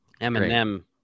Eminem